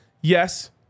Yes